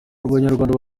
abanyarwanda